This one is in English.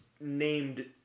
named